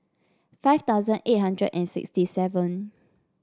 five thousand eight hundred and sixty seven